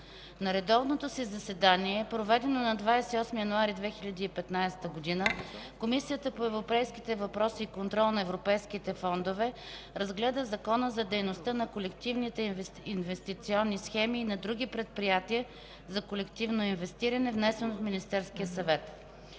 На редовното си заседание, проведено на 28 януари 2015 г., Комисията по европейските въпроси и контрол на европейските фондове разгледа Законопроект за изменение и допълнение на Закона за дейността на колективните инвестиционни схеми и на други предприятия за колективно инвестиране, внесен от Министерския съвет.